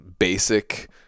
basic